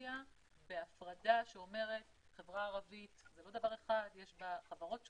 רזולוציה בהפרדה שאומרת: החברה הערבית- ויש בה חברות שונות,